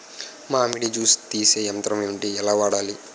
మామిడి జూస్ తీసే యంత్రం ఏంటి? ఎలా వాడాలి?